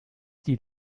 die